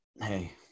hey